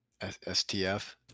STF